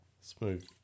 smooth